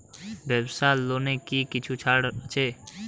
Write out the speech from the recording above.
ব্যাবসার লোনে কি কিছু ছাড় আছে?